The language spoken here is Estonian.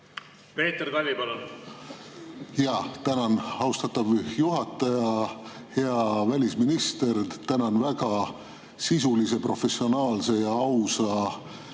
Peeter Tali, palun! Tänan, austatav juhataja! Hea välisminister, tänan väga sisulise, professionaalse ja ausa